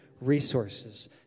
resources